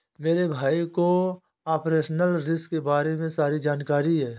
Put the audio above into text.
मेरे भाई को ऑपरेशनल रिस्क के बारे में सारी जानकारी है